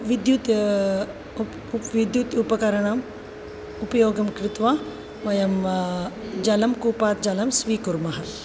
विद्युत् उप् उपकरणम् उपयोगं कृत्वा वयं जलं कूपात् जलं स्वीकुर्मः